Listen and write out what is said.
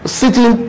sitting